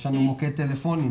יש לנו מוקד טלפוני.